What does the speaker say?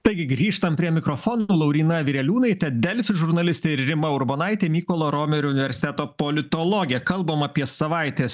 taigi grįžtam prie mikrofono lauryna vireliūnaitė delfi žurnalistė ir rima urbonaitė mykolo romerio universiteto politologė kalbam apie savaitės